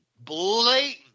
blatant